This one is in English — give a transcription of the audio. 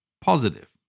positive